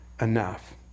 enough